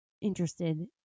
interested